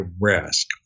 risk